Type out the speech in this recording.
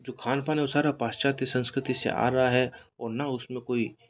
जो खान पान है वो सारा पाश्चात्य संस्कृति से आ रहा है और ना उस में कोई